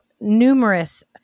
numerous